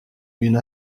une